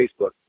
Facebook